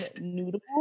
noodle